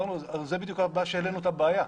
זו הבעיה שהעלינו אותה בדיוק.